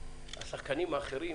השחקנים האחרים,